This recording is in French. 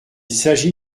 s’agit